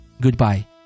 goodbye